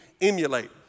emulate